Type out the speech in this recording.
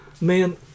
Man